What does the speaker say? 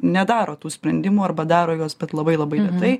nedaro tų sprendimų arba daro juos bet labai labai lėtai